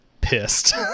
pissed